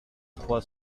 trois